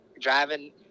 driving